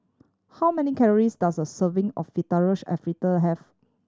how many calories does a serving of Fettuccine Alfredo have